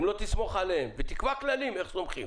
אם לא תסמוך עליהם ותקבע כללים איך סומכים